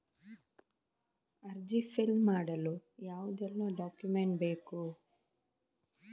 ಅರ್ಜಿ ಫಿಲ್ ಮಾಡಲು ಯಾವುದೆಲ್ಲ ಡಾಕ್ಯುಮೆಂಟ್ ಬೇಕು?